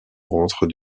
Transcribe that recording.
rentre